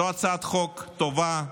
זו הצעת חוק טובה,